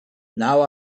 now